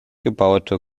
gebaute